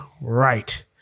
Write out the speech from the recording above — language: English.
right